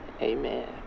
amen